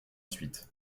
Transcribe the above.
suite